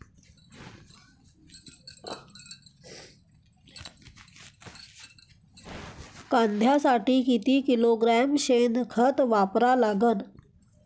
कांद्यासाठी किती किलोग्रॅम शेनखत वापरा लागन?